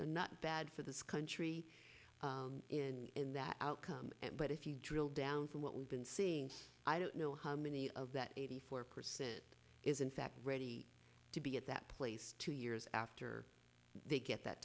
not bad for this country is in that outcome but if you drill down from what we've been seeing i don't know how many of that eighty four percent is in fact ready to be at that place two years after they get that